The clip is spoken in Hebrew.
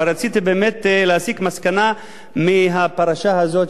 אבל רציתי באמת להסיק מסקנה מהפרשה הזאת,